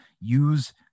use